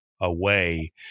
away